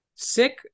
Sick